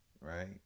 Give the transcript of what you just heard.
right